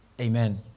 Amen